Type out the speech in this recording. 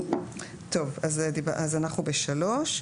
טוב, אז אנחנו ב-3.